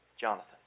Jonathan